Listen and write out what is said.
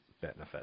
benefits